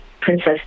princess